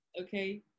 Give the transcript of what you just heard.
okay